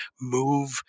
move